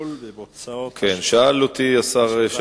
הטיפול בבוצת השפד"ן.